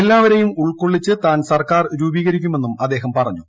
എല്ലാവരെയും ഉൾക്കൊള്ളിച്ച് താൻ സർക്കാർ രൂപീകരിക്കുമെന്നും അദ്ദേഹം പറഞ്ഞു